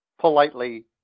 politely